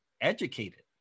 educated